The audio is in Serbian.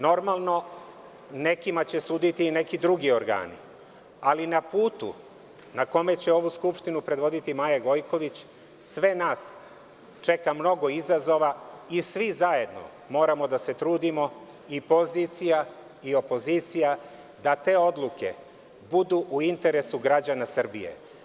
Nekima će suditi i neki drugi organi, ali na putu na kome će ovu Skupštinu predvoditi Maja Gojković sve nas čeka mnogo izazova i svi zajedno moramo da se trudimo, i pozicija i opozicija, da te odluke budu u interesu građana Srbije.